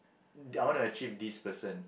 I want to achieve this person